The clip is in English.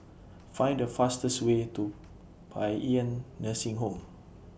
Find The fastest Way to Paean Nursing Home